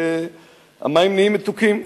והמים נהיים מתוקים,